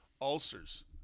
ulcers